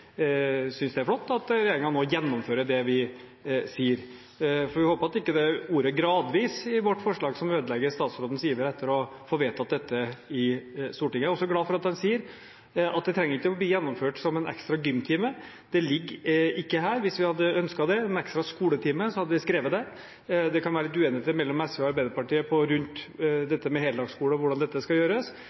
synes det er flott at regjeringen nå gjennomfører det vi sier. Jeg håper at det ikke er ordet «gradvis» i vårt forslag som ødelegger statsrådens iver etter å få vedtatt dette i Stortinget. Jeg er også glad for at han sier at det trenger ikke bli gjennomført som en ekstra gymtime. Det ligger ikke her. Hvis vi hadde ønsket en ekstra skoletime, hadde vi skrevet det. Det kan være uenighet mellom SV og Arbeiderpartiet rundt dette med heldagsskole og hvordan det skal gjøres,